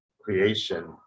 creation